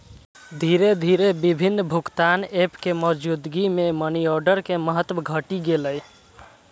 धीरे धीरे विभिन्न भुगतान एप के मौजूदगी मे मनीऑर्डर के महत्व घटि गेलै